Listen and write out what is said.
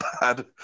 bad